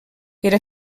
era